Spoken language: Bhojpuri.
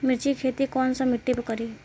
मिर्ची के खेती कौन सा मिट्टी पर करी?